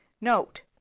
Note